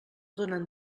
donen